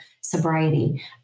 sobriety